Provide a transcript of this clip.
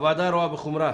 הוועדה רואה בחומרה